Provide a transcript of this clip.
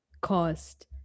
cost